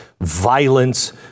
violence